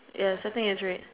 yes I think it's red